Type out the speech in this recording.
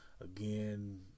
Again